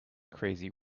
crazy